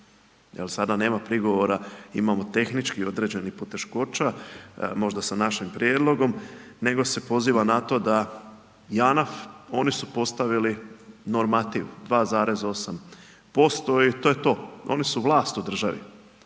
jel sada nema prigovora, imamo tehničkih određenih poteškoća možda sa našim prijedlogom, nego se poziva na to da JANAF, oni su postavili normativ 2,8% i to je to, oni su vlast u državi.